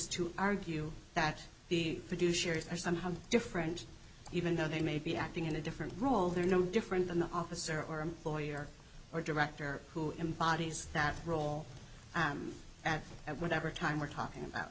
to argue that the producers are somehow different even though they may be acting in a different role they're no different than the officer or employer or director who embodies that role at whatever time we're talking about